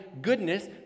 goodness